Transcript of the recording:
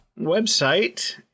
website